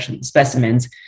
specimens